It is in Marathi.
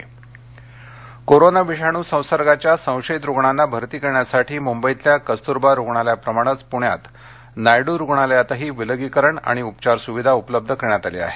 कोरोना कक्ष कोरोना विषाणू संसर्गाच्या संशयित रुग्णांना भरती करण्यासाठी मुंबईतल्या कस्तुरबा रुग्णालयाप्रमाणेच पुण्यात नायडु रुग्णालयातही विलगीकरण आणि उपचार सुविधा उपलब्ध करण्यात आली आहे